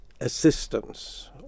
assistance